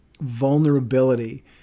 vulnerability